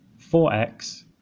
4x